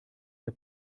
der